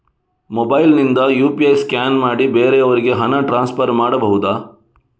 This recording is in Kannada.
ಮೊಬೈಲ್ ನಿಂದ ಯು.ಪಿ.ಐ ಸ್ಕ್ಯಾನ್ ಮಾಡಿ ಬೇರೆಯವರಿಗೆ ಹಣ ಟ್ರಾನ್ಸ್ಫರ್ ಮಾಡಬಹುದ?